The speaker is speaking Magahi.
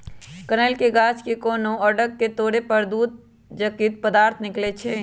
कनइल के गाछ के कोनो अङग के तोरे पर दूध जकति पदार्थ निकलइ छै